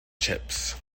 chips